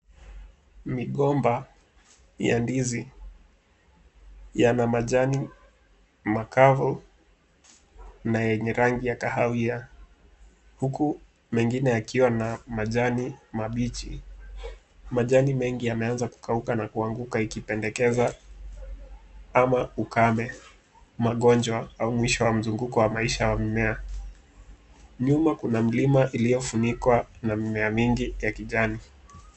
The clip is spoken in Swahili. Migomba ya ndizi yana majani makavu na yenye rangi ya kahawia uku mengine yakiwa na majani mabichi .Majani mengi yameanza kukauka ikianguka ikipendekeza ama ukame, magonjwa ama mwisho wamzunguko wa maisha wa mimea. Nyuma Kuna mlima iliyofunikwa na mimea mingi ya kijani.